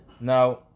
Now